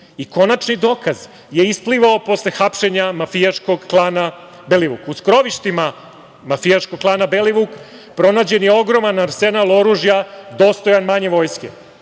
ulici. Konačni dokaz je isplivao posle hapšenja mafijaškog klana Belivuk. U skrovištima mafijaškog klana Belivuk pronađen je ogroman arsenal oružja, dostojan manje vojske.